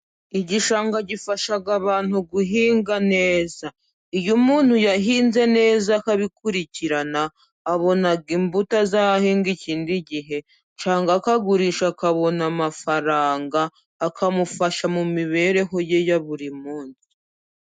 Igishanga gifasha abantu guhinga neza. Iyo umuntu yahinze neza akabikurikirana, abona imbuto azahinga ikindi gihe, cyangwa akagurisha akabona amafaranga, akamufasha mu mibereho ye ya buri munsi.